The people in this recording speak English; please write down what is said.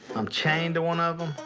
i'm chained to one of them.